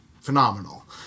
phenomenal